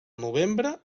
novembre